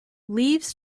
leaves